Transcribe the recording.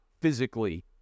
physically